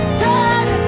turn